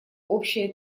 общее